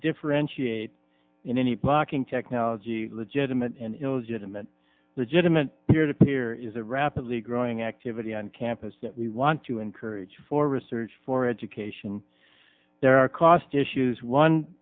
differentiate in any blocking technology legitimate and illegitimate legitimate peer to peer is a rapidly growing activity on campus that we want to encourage for research for education there are cost issues one